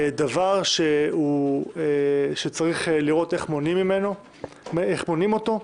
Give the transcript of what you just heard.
דבר שצריך לראות איך מונעים אותו,